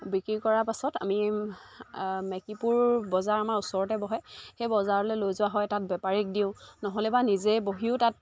বিক্ৰী কৰাৰ পাছত আমি মেকিপুৰ বজাৰ আমাৰ ওচৰতে বহে সেই বজাৰলৈ লৈ যোৱা হয় তাত বেপাৰীক দিওঁ নহ'লে বা নিজে বহিও তাত